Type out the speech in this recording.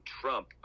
Trump